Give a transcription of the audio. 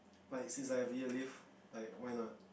like since I have year leave like why not